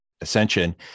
ascension